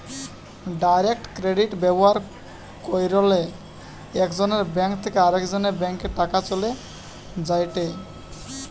direct credit ব্যবহার কইরলে একজনের ব্যাঙ্ক থেকে আরেকজনের ব্যাংকে টাকা চলে যায়েটে